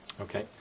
Okay